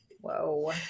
Whoa